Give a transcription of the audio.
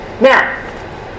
Now